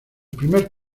primer